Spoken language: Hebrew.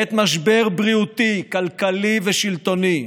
בעת משבר בריאותי, כלכלי ושלטוני,